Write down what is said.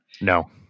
no